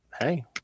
hey